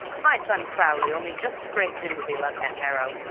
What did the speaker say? my son crowley only just scraped into the eleven at harrow,